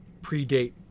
predate